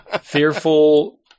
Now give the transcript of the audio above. Fearful